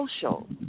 Social